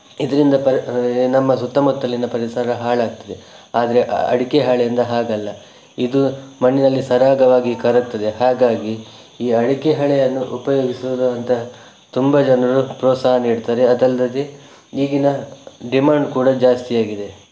ಇದರಿಂದ ಪರಿ ನಮ್ಮ ಸುತ್ತಮುತ್ತಲಿನ ಪರಿಸರ ಹಾಳಾಗ್ತದೆ ಆದರೆ ಅಡಿಕೆ ಹಾಳೆಯಿಂದ ಹಾಗಲ್ಲ ಇದು ಮಣ್ಣಿನಲ್ಲಿ ಸರಾಗವಾಗಿ ಕರಗ್ತದೆ ಹಾಗಾಗಿ ಈ ಅಡಿಕೆ ಹಾಳೆಯನ್ನು ಉಪಯೋಗಿಸುವುದು ಅಂತ ತುಂಬ ಜನರು ಪ್ರೋತ್ಸಾಹ ನೀಡ್ತಾರೆ ಅದಲ್ಲದೆ ಈಗಿನ ಡಿಮಾಂಡ್ ಕೂಡ ಜಾಸ್ತಿ ಆಗಿದೆ